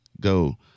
go